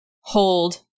hold